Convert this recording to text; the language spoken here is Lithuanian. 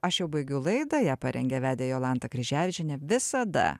aš jau baigiu laidą ją parengė vedė jolanta kryževičienė visada